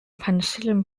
penicillin